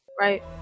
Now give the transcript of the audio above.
Right